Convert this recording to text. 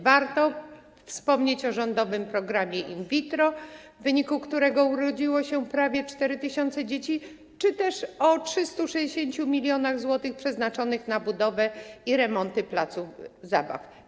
Warto wspomnieć o rządowym programie in vitro, w wyniku którego urodziło się prawie 4 tys. dzieci, czy też o 360 mln zł przeznaczonych na budowę i remonty placów zabaw.